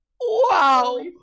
wow